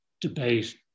debate